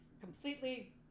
completely